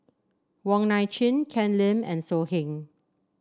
Wong Nai Chin Ken Lim and So Heng